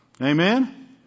Amen